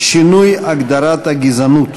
שינוי הגדרת הגזענות),